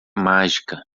mágica